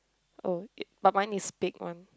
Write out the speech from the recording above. oh but my one is thick one